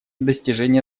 достижения